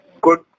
good